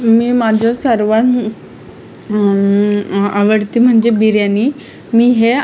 मी माझं सर्वांत आवडती म्हणजे बिर्याणी मी हे